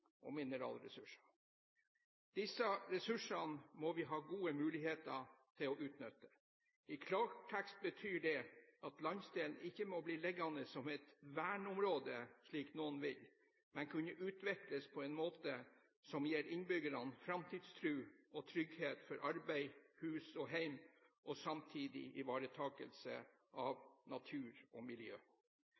og mineralressurser. Disse ressursene må vi ha gode muligheter til å utnytte. I klartekst betyr det at landsdelen ikke må bli liggende som et verneområde, slik noen vil, men kunne utvikles på en måte som gir innbyggerne framtidstro og trygghet for arbeid, hus og hjem, og samtidig ivaretakelse av natur og miljø.